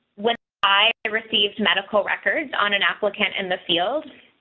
when i received medical records on an applicant in the field,